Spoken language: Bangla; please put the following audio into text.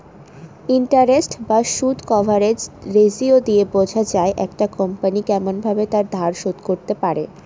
ইন্টারেস্ট বা সুদ কভারেজ রেসিও দিয়ে বোঝা যায় একটা কোম্পনি কেমন ভাবে তার ধার শোধ করতে পারে